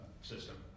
system